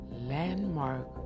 landmark